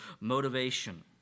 motivation